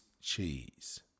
cheese